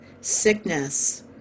sickness